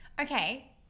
okay